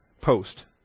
post